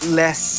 less